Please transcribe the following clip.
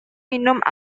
minum